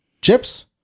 chips